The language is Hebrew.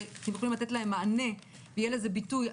אתם יכולים לתת להם מענה ויהיה לזה ביטוי,